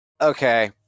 Okay